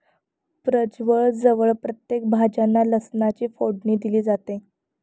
प्रजवळ जवळ प्रत्येक भाज्यांना लसणाची फोडणी दिली जाते